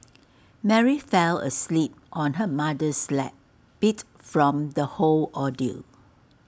Mary fell asleep on her mother's lap beat from the whole ordeal